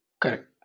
Correct